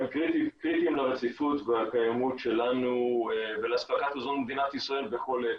הם קריטיים לרציפות ולקיימות שלנו ולאספקת מזון במדינת ישראל בכל עת.